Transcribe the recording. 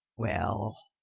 well!